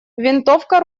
винтовка